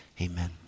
Amen